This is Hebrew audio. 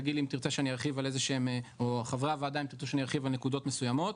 תגידו אם תרצו שאני ארחיב בנקודות מסוימות.